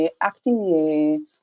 acting